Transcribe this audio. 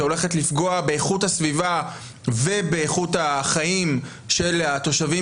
שהולכת לפגוע באיכות הסביבה ובאיכות החיים של התושבים,